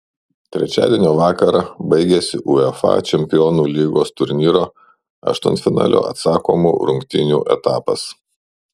trečiadienio vakarą baigėsi uefa čempionų lygos turnyro aštuntfinalio atsakomų rungtynių etapas